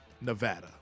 nevada